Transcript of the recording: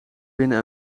binnen